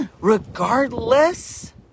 regardless